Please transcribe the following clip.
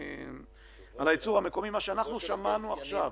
מה ששמענו עכשיו